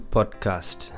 Podcast